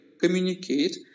communicate